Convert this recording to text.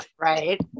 Right